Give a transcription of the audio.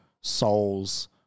souls